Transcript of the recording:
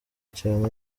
cyane